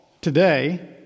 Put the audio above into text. today